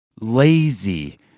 lazy